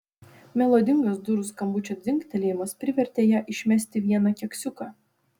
melodingas durų skambučio dzingtelėjimas privertė ją išmesti vieną keksiuką